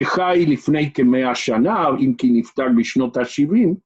‫הוא חי לפני כמאה שנה, ‫אם כי נפטר בשנות ה-70.